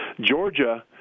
Georgia